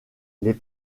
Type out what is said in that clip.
les